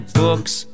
books